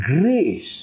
grace